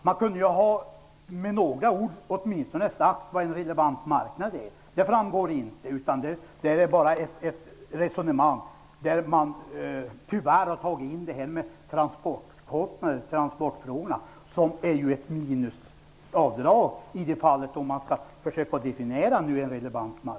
Man kunde åtminstone med några ord ha sagt vad en relevant marknad är. Det framgår inte. Det är bara ett resonemang, där man tyvärr har tagit in transportfrågorna. Men skall man försöka att definiera en relevant marknad blir transporterna en fråga om minusavdrag.